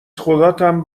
خداتم